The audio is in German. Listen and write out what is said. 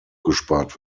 gespart